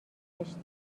نوشته